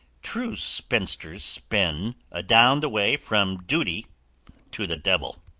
true spinsters spin adown the way from duty to the devil!